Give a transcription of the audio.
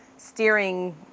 steering